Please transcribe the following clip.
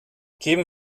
geben